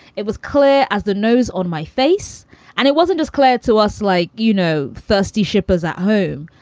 it was clear as the nose on my face and it wasn't as clear to us like, you know, thirsty shippers at home,